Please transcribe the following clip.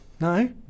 No